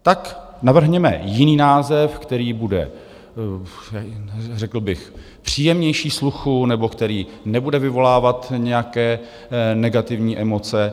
Tak navrhněme jiný název, který bude řekl bych příjemnější sluchu nebo který nebude vyvolávat nějaké negativní emoce.